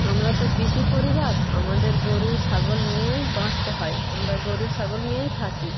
আমরা তো কৃষি পরিবার আমাদের গরু ছাগল নিয়েই বাঁচতে হয় আমরা গরু ছাগল নিয়েই থাকি